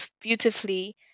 beautifully